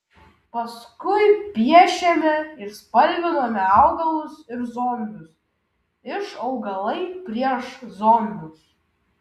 paskui piešėme ir spalvinome augalus ir zombius iš augalai prieš zombius